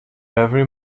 every